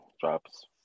drops